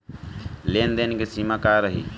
लेन देन के सिमा का रही?